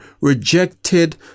rejected